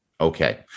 Okay